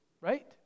right